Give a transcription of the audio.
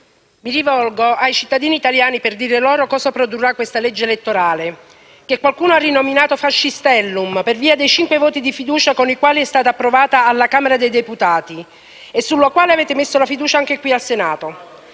mi rivolgo ai cittadini italiani per dire loro cosa produrrà il disegno di legge elettorale in esame, che qualcuno ha rinominato Fascistellum per via dei cinque voti di fiducia con i quali è stato approvato alla Camera dei deputati e sul quale porrete la fiducia anche qui in Senato.